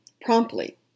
promptly